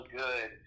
good